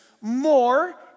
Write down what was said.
more